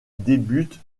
débute